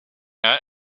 out